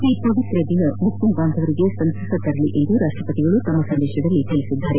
ಈ ಪವಿತ್ರ ದಿನ ಮುಸ್ಲಿಂ ಬಾಂಧವರಿಗೆ ಸಂತಸ ತರಲಿ ಎಂದು ರಾಷ್ಟಪತಿಗಳು ತಮ್ನ ಸಂದೇಶದಲ್ಲಿ ತಿಳಿಸಿದ್ದಾರೆ